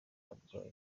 abarwaye